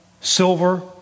silver